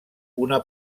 una